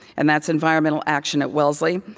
and that's environmental action at wellesley,